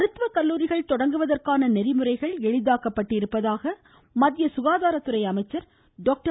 மருத்துவ கல்லூரிகள் தொடங்குவதற்கான நெறிமுறைகள் எளிதாக்கப்பட்டுள்ளதாக மத்திய சுகாதாரத்துறை அமைச்சர் டாக்டர்